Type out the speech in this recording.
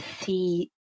see